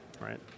right